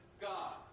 God